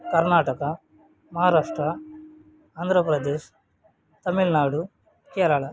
Karnataka Maharashtra Andhra Pradesh Tamil Nadu Kerala